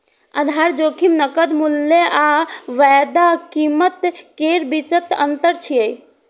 आधार जोखिम नकद मूल्य आ वायदा कीमत केर बीचक अंतर छियै